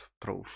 proof